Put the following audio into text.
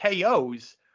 KOs